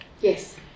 Yes